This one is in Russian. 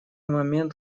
момент